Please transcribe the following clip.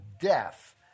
death